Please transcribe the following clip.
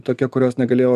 tokia kurios negalėjo